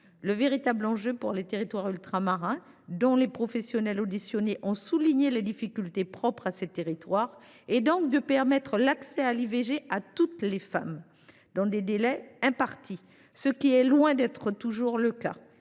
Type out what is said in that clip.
Le véritable enjeu pour les territoires ultramarins, dont les professionnels auditionnés ont souligné les difficultés propres, est donc de permettre l’accès à l’IVG à toutes les femmes dans les délais impartis, ce qui est loin d’être toujours le cas.